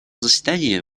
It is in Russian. заседания